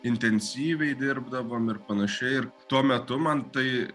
intensyviai dirbdavom ir panašiai ir tuo metu man tai